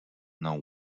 know